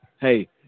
hey